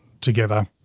together